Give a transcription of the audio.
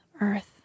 earth